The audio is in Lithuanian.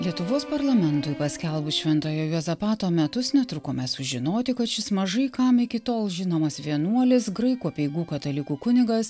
lietuvos parlamentui paskelbus šventojo juozapato metus netrukome sužinoti kad šis mažai kam iki tol žinomas vienuolis graikų apeigų katalikų kunigas